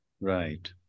Right